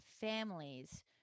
families